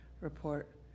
report